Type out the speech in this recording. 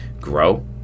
grow